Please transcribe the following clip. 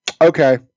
Okay